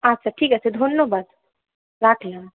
আচ্ছা ঠিক আছে ধন্যবাদ রাখলাম